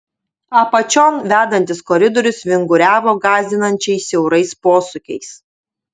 apačion vedantis koridorius vinguriavo gąsdinančiai siaurais posūkiais